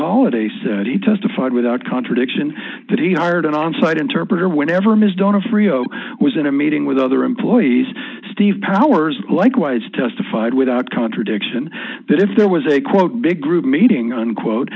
holliday said he testified without contradiction that he hired an onsite interpreter whenever ms donofrio was in a meeting with other employees steve powers likewise testified without contradiction that if there was a quote big group meeting unquote